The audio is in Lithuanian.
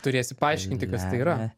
turėsi paaiškinti kas tai yra